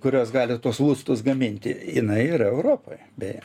kurios gali tuos lustus gaminti jinai yra europoj beje